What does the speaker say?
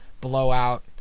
Blowout